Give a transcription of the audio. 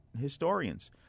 historians